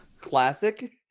classic